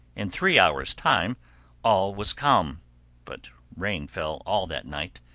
in three hours' time all was calm but rain fell all that night,